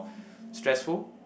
stressful